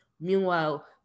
Meanwhile